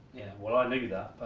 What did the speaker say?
well i knew that,